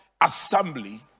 assembly